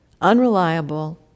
Unreliable